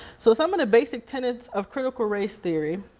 so some of the basic tenants of critical race theory.